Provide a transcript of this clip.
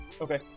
Okay